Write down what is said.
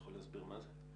אתה יכול להגיד מה זה?